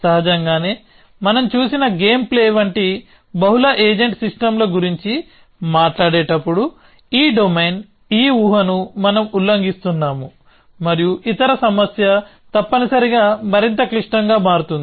సహజంగానే మనం చూసిన గేమ్ ప్లే వంటి బహుళ ఏజెంట్ సిస్టమ్ల గురించి మాట్లాడేటప్పుడు ఈ డొమైన్ ఈ ఊహను మనం ఉల్లంఘిస్తున్నాము మరియు ఇతర సమస్య తప్పనిసరిగా మరింత క్లిష్టంగా మారుతుంది